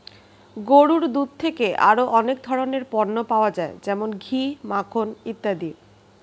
গরুর দুধ থেকে আরো অনেক ধরনের পণ্য পাওয়া যায় যেমন ঘি, মাখন ইত্যাদি